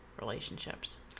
relationships